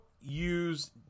use